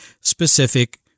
specific